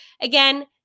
again